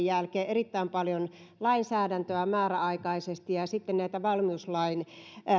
jälkeen erittäin paljon lainsäädäntöä määräaikaisesti ja sitten näitä valmiuslain